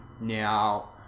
Now